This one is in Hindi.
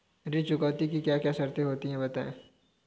ऋण चुकौती की क्या क्या शर्तें होती हैं बताएँ?